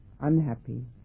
unhappy